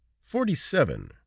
Forty-seven